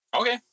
Okay